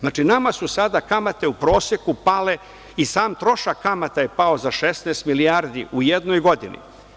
Znači, nama su sada kamate u proseku pale i sam trošak kamate je pao za 16 milijardi u jednoj godini.